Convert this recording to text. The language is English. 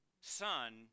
son